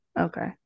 Okay